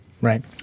right